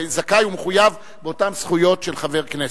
זכאי ומחויב באותן זכויות של חברי הכנסת.